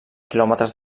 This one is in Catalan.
quilòmetres